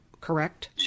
correct